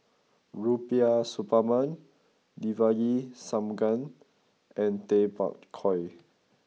Rubiah Suparman Devagi Sanmugam and Tay Bak Koi